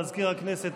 מזכיר הכנסת,